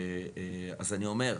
אז אני אומר,